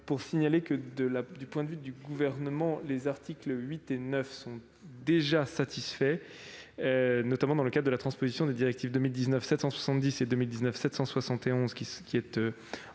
pour signaler que, du point de vue du Gouvernement, les articles 8 et 9 sont déjà satisfaits, notamment dans le cadre de la transposition en cours des directives 2019/770 et 2019/771 de l'Union